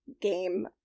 game